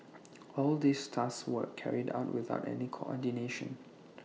all these tasks were carried out without any coordination